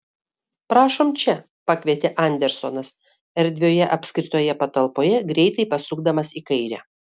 prašom čia pakvietė andersonas erdvioje apskritoje patalpoje greitai pasukdamas į kairę